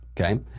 Okay